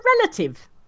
relative